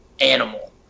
animal